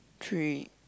three